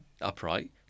upright